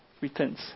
returns